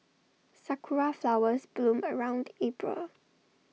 Sakura Flowers bloom around April